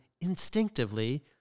instinctively